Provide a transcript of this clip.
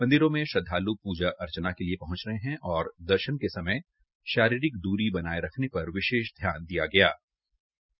मंदिरों में श्रद्वाल् पूजा अर्चना के लिए पहंच रहे है और दर्शन के समय शारीरिक द्री बनाये रखने पर विशेष ध्यान दिया जा रहा है